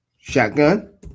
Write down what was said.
Shotgun